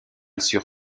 sur